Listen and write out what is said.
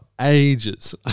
ages